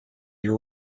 your